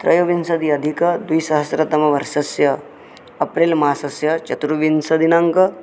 त्रयोविंशति अधिक द्विसहस्रतमवर्षस्य अप्रिल् मासस्य चतुर्विंशदिनाङ्कः